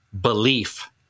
belief